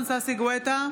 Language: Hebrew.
גואטה,